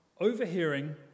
overhearing